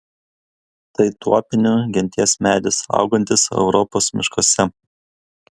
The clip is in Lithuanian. tai tuopinių genties medis augantis europos miškuose